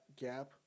gap